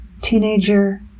teenager